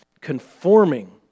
conforming